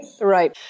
right